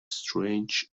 strange